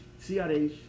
CRH